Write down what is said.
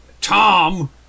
Tom